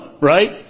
right